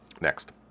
next